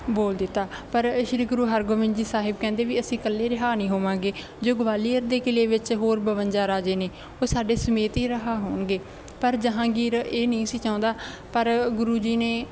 ਬੋਲ ਦਿੱਤਾ ਪਰ ਸ਼੍ਰੀ ਗੁਰੂ ਹਰਗੋਬਿੰਦ ਜੀ ਸਾਹਿਬ ਕਹਿੰਦੇ ਵੀ ਅਸੀਂ ਇਕੱਲੇ ਰਿਹਾਅ ਨਹੀਂ ਹੋਵਾਂਗੇ ਜੋ ਗਵਾਲੀਅਰ ਦੇ ਕਿਲ੍ਹੇ ਵਿੱਚ ਹੋਰ ਬਵੰਜਾ ਰਾਜੇ ਨੇ ਉਹ ਸਾਡੇ ਸਮੇਤ ਹੀ ਰਿਹਾਅ ਹੋਣਗੇ ਪਰ ਜਹਾਂਗੀਰ ਇਹ ਨਹੀਂ ਸੀ ਚਾਹੁੰਦਾ ਪਰ ਗੁਰੂ ਜੀ ਨੇ